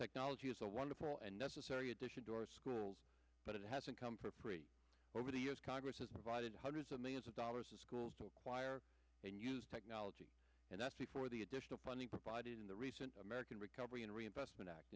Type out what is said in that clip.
technology is a wonderful and necessary addition to our schools but it hasn't come for free over the years congress has invited hundreds of millions of dollars to schools to acquire and use technology and that's before the additional funding provided in the recent american recovery and reinvestment act